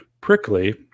prickly